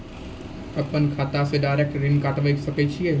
अपन खाता से डायरेक्ट ऋण कटबे सके छियै?